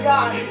God